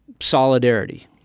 solidarity